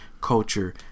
culture